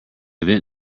vent